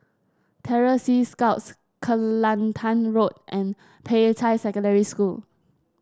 Terror Sea Scouts Kelantan Road and Peicai Secondary School